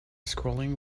scrolling